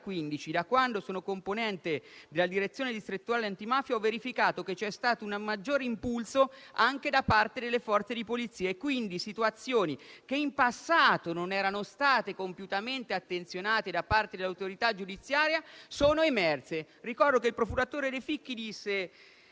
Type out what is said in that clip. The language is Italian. da quando sono componente della direzione distrettuale antimafia, ho verificato che c'è stato un maggiore impulso anche da parte delle forze di polizia, quindi situazioni che in passato non erano state compiutamente attenzionate da parte dell'autorità giudiziaria sono emerse». Ricordo che il procuratore De Ficchy disse